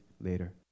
later